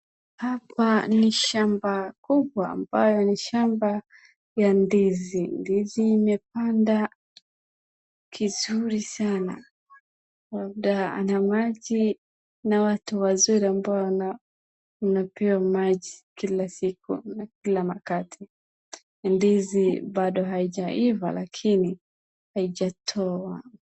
Hapa ni shamba kubwa ambayo ni shamba ya ndizi. Ndizi imepanda vizuri sana. Labda ana maji na watu wazuri ambao wana wanapewa maji kila siku na kila wakati. Ndizi bado haijaiva lakini haijatoa.